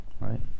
Right